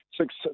six